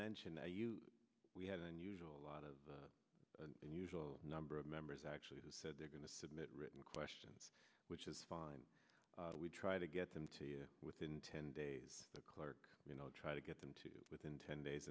mention to you we have an unusual lot of an unusual number of members actually who said they're going to submit written questions which is fine we try to get them to you within ten days the clerk you know try to get them to within ten days